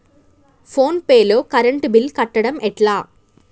Phone pay లో current bill కట్టడం ఎట్లా?